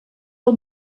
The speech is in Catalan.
del